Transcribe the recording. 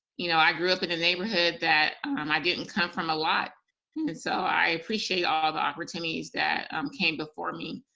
you know i grew up in a neighborhood that um i didn't come from a lot. and so, i appreciate all the opportunities that um came before me.